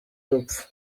urupfu